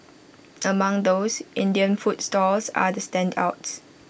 among those Indian food stalls are the standouts